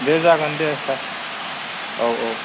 दे जागोन दे सार औ औ